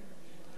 לא יהיה.